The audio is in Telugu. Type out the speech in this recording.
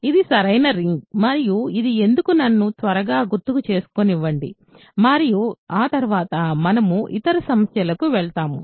ఇది సరైన రింగ్ మరియు ఎందుకు అని నన్ను త్వరగా గుర్తుకు తెచ్చుకోనివ్వండి మరియు ఆ తర్వాత మనము ఇతర సమస్యలకు వెళ్తాము